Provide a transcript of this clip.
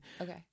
okay